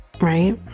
right